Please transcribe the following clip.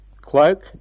Cloak